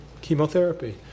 chemotherapy